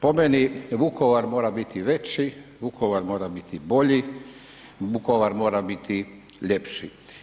Po meni Vukovar mora biti veći, Vukovar mora biti bolji, Vukovar mora biti ljepši.